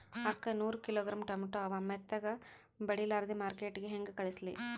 ಅಕ್ಕಾ ನೂರ kilogram tomato ಅವ, ಮೆತ್ತಗಬಡಿಲಾರ್ದೆ ಮಾರ್ಕಿಟಗೆ ಹೆಂಗ ಕಳಸಲಿ?